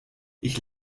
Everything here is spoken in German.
ich